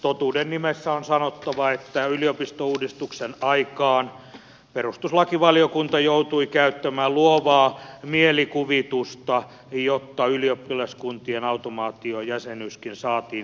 totuuden nimessä on sanottava että yliopistouudistuksen aikaan perustuslakivaliokunta joutui käyttämään luovaa mielikuvitusta jotta ylioppilaskuntien automaatiojäsenyyskin saatiin säilytettyä